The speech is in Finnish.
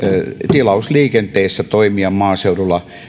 tilausliikenteessä maaseudulla